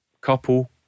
couple